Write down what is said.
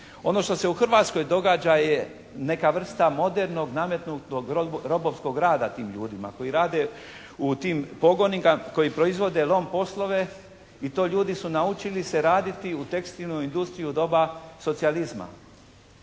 Ono što se u Hrvatskoj događa je neka vrsta modernog nametnutog robovskog rada tim ljudima. Koji rade u tim pogonima. Koji proizvode lom poslove i to ljudi su naučili se raditi u tekstilnoj industriji u doba socijalizma.